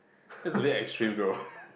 that's a bit extreme though